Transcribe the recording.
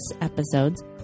episodes